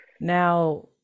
Now